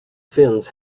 fins